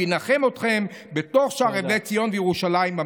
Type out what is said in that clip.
הוא ינחם אתכם בתוך שאר אבלי ציון וירושלים.